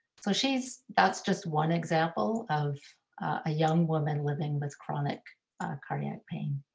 so she's, that's just one example of a young woman living with chronic cardiac pain.